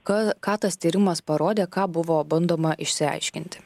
ką ką tas tyrimas parodė ką buvo bandoma išsiaiškinti